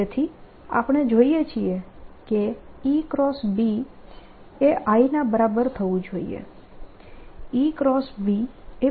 તેથી આપણે જોઈએ છીએ કે EB એ i ના બરાબર થવું જોઈએ EB એ પ્રોપગેશનની દિશામાં હોવું જોઈએ